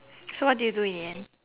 so what did you do in the end